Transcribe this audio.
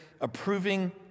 approving